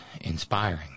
inspiring